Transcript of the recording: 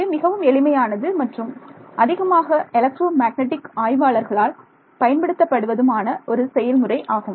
இது மிகவும் எளிமையானது மற்றும் அதிகமாக எலக்ட்ரோ மேக்னடிக் ஆய்வாளர்களால் பயன்படுத்தப்படுவதுமான ஒரு செயல்முறை ஆகும்